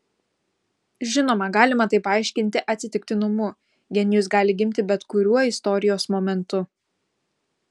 žinoma galima tai paaiškinti atsitiktinumu genijus gali gimti bet kuriuo istorijos momentu